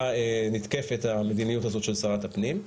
נתקפת המדיניות הזאת של שרת הפנים.